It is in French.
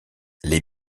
les